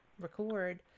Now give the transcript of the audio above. record